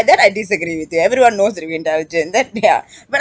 that I disagree with you everyone knows that we are intelligent that ya but I